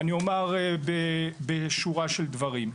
אני אומר בשורה של דברים.